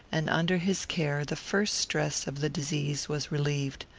and under his care the first stress of the disease was relieved.